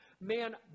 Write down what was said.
man